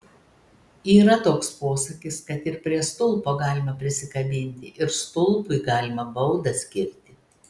yra toks posakis kad ir prie stulpo galima prisikabinti ir stulpui galima baudą skirti